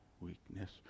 weakness